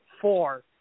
four